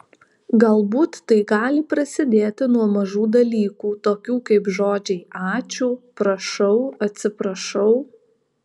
galbūt tai gali prasidėti nuo mažų dalykų tokių kaip žodžiai ačiū prašau atsiprašau